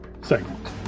segment